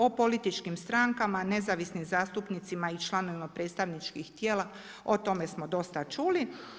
O političkim strankama, nezavisnim zastupnicima i članovima predstavničkih tijela o tome smo dosta čuli.